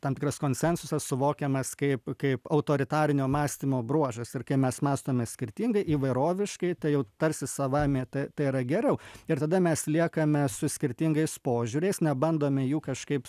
tam tikras konsensusas suvokiamas kaip kaip autoritarinio mąstymo bruožas ir kai mes mąstome skirtingai įvairoviškai tai jau tarsi savaime tai yra geriau ir tada mes liekame su skirtingais požiūriais nebandome jų kažkaip